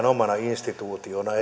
omana instituutionaan